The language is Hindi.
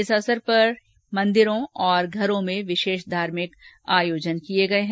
इस मौके पर मन्दिर और घरों में विशेष धार्मिक आयोजन किए गए हैं